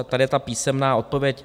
Tady je ta písemná odpověď.